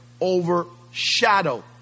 overshadow